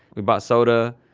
we bought soda,